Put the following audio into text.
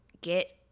get